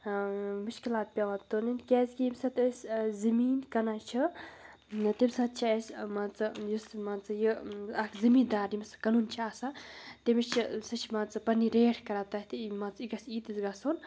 مُشکلات پٮ۪وان تُلٕنۍ کیٛازِکہِ ییٚمہِ ساتہٕ أسۍ زٔمیٖن کٕنان چھِ تمہِ ساتہٕ چھِ اَسہِ مان ژٕ یُس مان ژٕ یہِ اَکھ زٔمیٖندار ییٚمِس سُہ کٕنُن چھِ آسان تٔمِس چھِ سُہ چھِ مان ژٕ پنٕنۍ ریٹھ کَران تَتھی مان ژٕ یہِ گژھِ ییٖتِس گژھُن